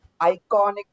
iconic